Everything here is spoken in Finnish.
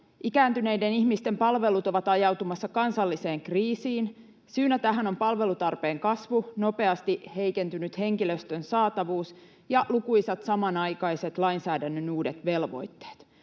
Ikääntyneiden ihmisten palvelut ovat ajautumassa kansalliseen kriisiin. Syitä tähän ovat palvelutarpeen kasvu, nopeasti heikentynyt henkilöstön saatavuus ja lainsäädännön lukuisat samanaikaiset uudet velvoitteet.